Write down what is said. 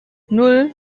nan